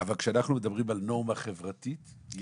אבל כשאנחנו מדברים על נורמה חברתית היא